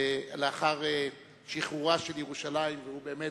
ולאחר שחרורה של ירושלים הוא אחד